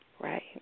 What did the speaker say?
Right